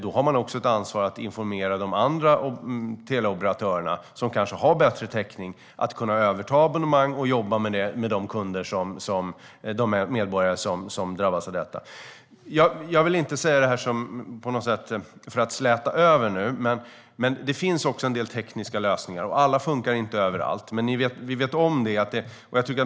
Då har man ett ansvar för att informera de andra teleoperatörerna, som kanske har bättre täckning, så att de kan överta abonnemang och jobba med de medborgare som drabbas. Jag vill inte säga detta för att släta över, men det finns en del tekniska lösningar, fast alla inte fungerar överallt.